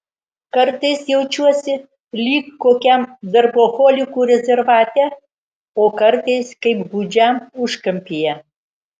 kartais jaučiuosi lyg kokiam darboholikų rezervate o kartais kaip gūdžiam užkampyje